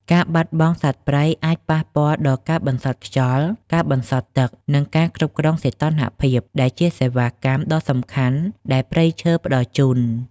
ការបាត់បង់សត្វព្រៃអាចប៉ះពាល់ដល់ការបន្សុទ្ធខ្យល់ ការបន្សុទ្ធទឹក និងការគ្រប់គ្រងសីតុណ្ហភាព ដែលជាសេវាកម្មដ៏សំខាន់ដែលព្រៃឈើផ្តល់ជូន។